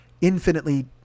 infinitely